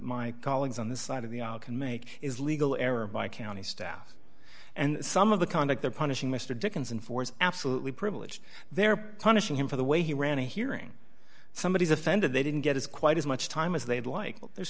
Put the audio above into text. my colleagues on this side of the aisle can make is legal error by county staff and some of the conduct they're punishing mr dickinson for is absolutely privileged they're punishing him for the way he ran a hearing somebody is offended they didn't get his quite as much time as they'd like there's